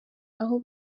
aho